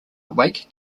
wake